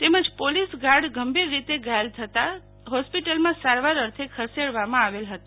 તેમજ police guard ગંભીર રીતે ઘાયલ થતા હોસ્પિટલમાં સારવાર અર્થે ખસેડવામાં આવેલ હતા